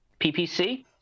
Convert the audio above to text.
ppc